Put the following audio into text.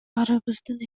баарыбыздын